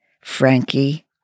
Frankie